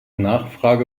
nachfrage